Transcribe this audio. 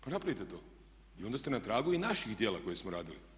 Pa napravite to i onda ste na tragu i naših djela koje smo radili.